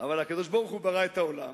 אבל הקדוש-ברוך-הוא ברא את העולם,